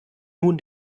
nun